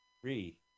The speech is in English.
Three